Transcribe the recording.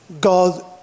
God